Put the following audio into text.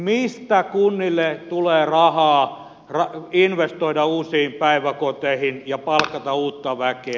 mistä kunnille tulee rahaa investoida uusiin päiväkoteihin ja palkata uutta väkeä